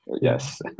Yes